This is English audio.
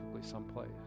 someplace